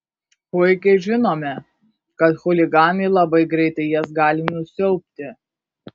puikiai žinome kad chuliganai labai greitai jas gali nusiaubti